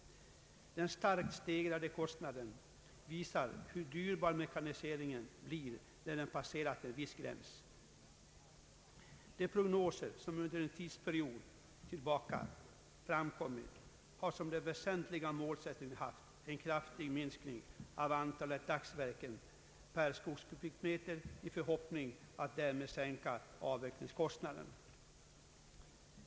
Den starkt stegrade kostnaden visar hur dyrbar mekaniseringen blir när den passerat en viss gräns. De prognoser som under en tidsperiod tillbaka har framkommit har som den väsentligaste målsättningen haft en kraftig minskning av antalet dagsverken per skogskubikmeter i förhoppningen att därmed sänka avverkningskostnaderna.